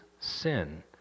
sin